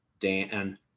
Dan